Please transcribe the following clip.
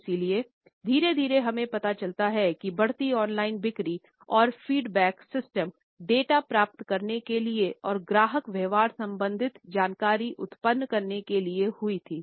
इसलिए धीरे धीरे हमें पता चलता है कि बढ़ती ऑनलाइन बिक्री और फीडबैक सिस्टम डेटा प्राप्त करने के लिए और ग्राहक व्यवहार संबंधित जानकारी उत्पन्न करने के लिए हुई थी